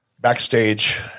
backstage